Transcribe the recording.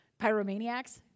pyromaniacs